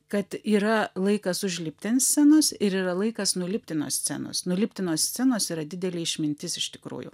kad yra laikas užlipti ant scenos ir yra laikas nulipti nuo scenos nulipti nuo scenos yra didelė išmintis iš tikrųjų